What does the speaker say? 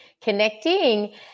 connecting